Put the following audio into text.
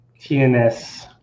TNS